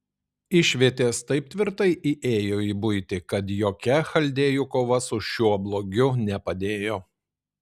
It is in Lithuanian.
išvietės taip tvirtai įėjo į buitį kad jokia chaldėjų kova su šiuo blogiu nepadėjo